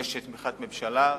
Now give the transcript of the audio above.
יש תמיכת ממשלה.